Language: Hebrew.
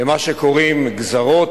למה שקוראים גזרות,